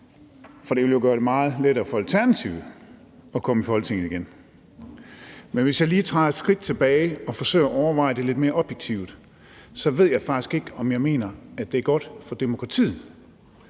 for det ville jo gøre det meget lettere for Alternativet at komme i Folketinget igen. Men hvis jeg lige træder et skridt tilbage og forsøger at overveje det lidt mere objektivt, ved jeg faktisk ikke, om jeg mener, at det er godt for demokratiet